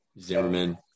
Zimmerman